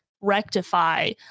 rectify